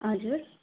हजुर